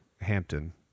Hampton